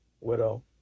widow